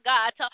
God